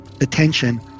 attention